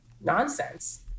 nonsense